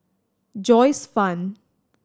Joyce Fan